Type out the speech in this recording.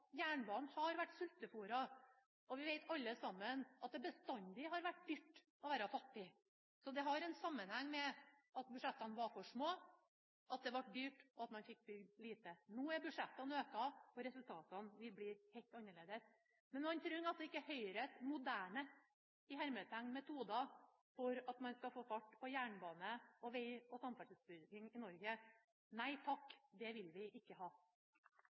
jernbanen har vært sulteforet. Vi vet alle at det bestandig har vært dyrt å være fattig. At det ble dyrt, og at man fikk bygd lite, har sammenheng med at budsjettene var små. Nå er budsjettene økt, og resultatene vil bli helt annerledes. Man trenger altså ikke Høyres «moderne» metoder for at man skal få fart på samferdselsutbyggingen – jernbane og veg – i Norge. Nei takk, det vil vi ikke ha.